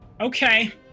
Okay